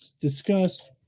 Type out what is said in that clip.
discuss